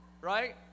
Right